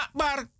bar